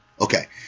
Okay